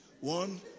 One